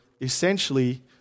essentially